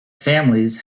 families